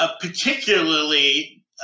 particularly